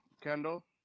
Kendall